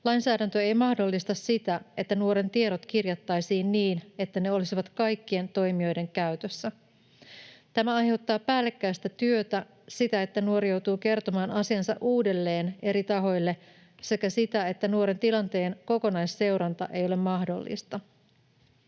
lainsäädäntö ei mahdollista sitä, että nuoren tiedot kirjattaisiin niin, että ne olisivat kaikkien toimijoiden käytössä. Tämä aiheuttaa päällekkäistä työtä: sitä, että nuori joutuu kertomaan asiansa uudelleen eri tahoille, sekä sitä, että nuoren tilanteen kokonaisseuranta ei ole mahdollista.